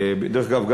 ודרך אגב,